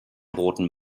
roten